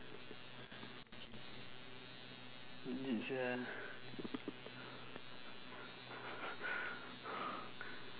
legit sia